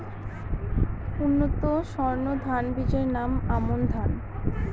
উন্নত সর্ন ধান বীজের নাম কি?